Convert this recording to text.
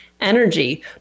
energy